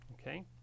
okay